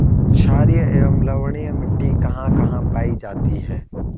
छारीय एवं लवणीय मिट्टी कहां कहां पायी जाती है?